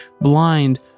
blind